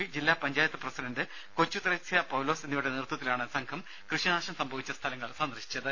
P ജില്ലാ panchayat president Kochuthresia Paulose എന്നിവരുടെ നേതൃത്വത്തിലാണ് സംഘം കൃഷി നാശം സംഭവിച്ച സ്ഥലങ്ങൾ സന്ദർശിച്ചത്